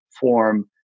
form